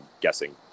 guessing